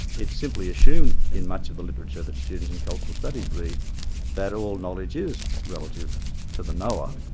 it's simply assumed in much of the literature that students in cultural studies read that all knowledge is relative to the knower,